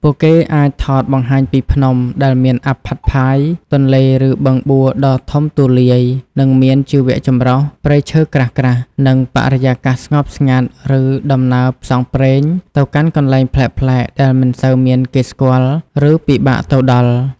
ពួកគេអាចថតបង្ហាញពី ភ្នំ ដែលមានអ័ព្ទផាត់ផាយ ទន្លេ ឬ បឹងបួ ដ៏ធំទូលាយ និងមានជីវចម្រុះ ព្រៃឈើក្រាស់ៗ និងបរិយាកាសស្ងប់ស្ងាត់ ឬ ដំណើរផ្សងព្រេងទៅកាន់កន្លែងប្លែកៗដែលមិនសូវមានគេស្គាល់ ឬពិបាកទៅដល់។